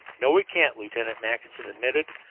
no, we can't, lieutenant mackinson admitted,